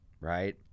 right